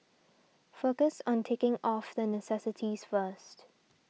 focus on ticking off the necessities first